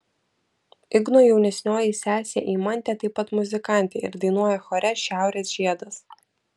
igno jaunesnioji sesė eimantė taip pat muzikantė ir dainuoja chore šiaurės žiedas